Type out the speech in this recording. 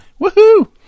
Woohoo